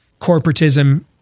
corporatism